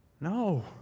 No